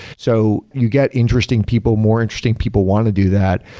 so you get interesting people. more interesting people want to do that,